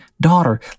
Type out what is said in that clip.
daughter